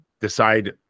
decide